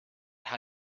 how